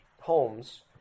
homes